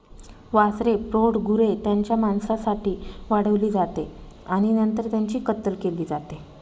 वासरे प्रौढ गुरे त्यांच्या मांसासाठी वाढवली जाते आणि नंतर त्यांची कत्तल केली जाते